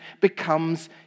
becomes